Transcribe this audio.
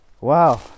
Wow